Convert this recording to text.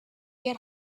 get